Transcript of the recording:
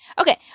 Okay